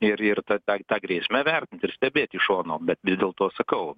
ir ir tą tą tą grėsmę vertint ir stebėt iš šono bet vis dėlto sakau